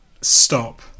Stop